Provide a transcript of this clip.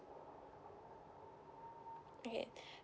okay